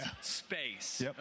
space